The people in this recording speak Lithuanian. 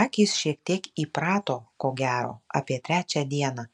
akys šiek tiek įprato ko gero apie trečią dieną